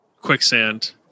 quicksand